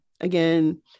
again